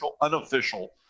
unofficial